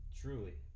truly